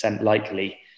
likely